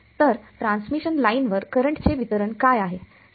तर ट्रान्समिशन लाइनवर करंटचे वितरण काय आहे